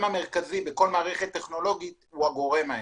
המרכזי בכל מערכת טכנולוגית הוא הגורם האנושי.